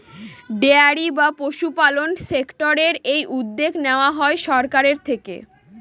dairy বা পশুপালন সেক্টরের এই উদ্যোগ নেওয়া হয় সরকারের থেকে